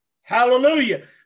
Hallelujah